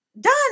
Done